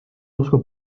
oska